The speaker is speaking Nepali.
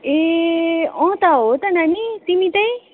ए अ त हो त नानी तिमी चाहिँ